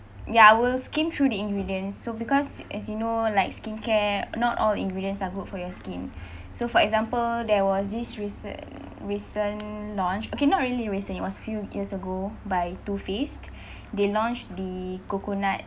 ya I will skim through the ingredients so because as you know like skincare not all ingredients are good for your skin so for example there was this recent recent launch okay not really recently it was few years ago by Too Faced they launched the coconut